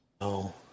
No